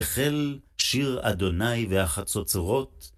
החל שיר אדוניי והחצוצרות.